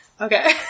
okay